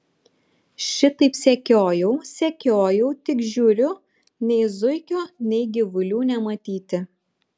šitaip sekiojau sekiojau tik žiūriu nei zuikio nei gyvulių nematyti